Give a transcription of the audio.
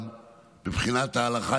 גם מבחינת ההלכה,